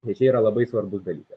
nes čia yra labai svarbus dalykas